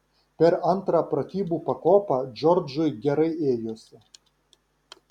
per antrą pratybų pakopą džordžui gerai ėjosi